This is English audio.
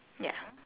ya